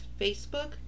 Facebook